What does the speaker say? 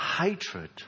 hatred